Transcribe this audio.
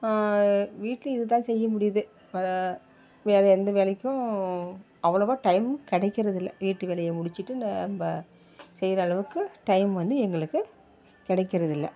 வீட்டில் இதுதான் செய்ய முடியுது வேறு வேறு எந்த வேலைக்கும் அவ்வளோவா டைம் கிடைக்கறதில்ல வீட்டு வேலையை முடிச்சுட்டு நம்ம செய்கிற அளவுக்கு டைம் வந்து எங்களுக்கு கிடைக்கிறதில்ல